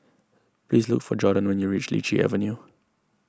please look for Jorden when you reach Lichi Avenue